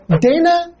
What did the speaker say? Dana